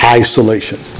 isolation